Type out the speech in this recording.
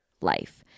life